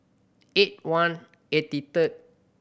eight one eighty third